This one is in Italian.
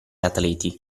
atleti